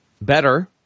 better